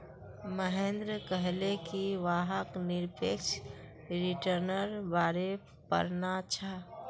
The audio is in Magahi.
महेंद्र कहले कि वहाक् निरपेक्ष रिटर्न्नेर बारे पढ़ना छ